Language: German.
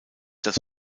das